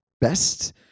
best